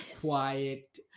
Quiet